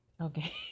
Okay